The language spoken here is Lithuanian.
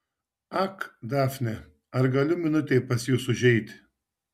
ak dafne ar galiu minutei pas jus užeiti